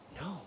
No